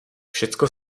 všecko